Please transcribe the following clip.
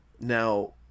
now